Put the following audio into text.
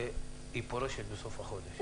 שהיא פורשת בסוף החודש.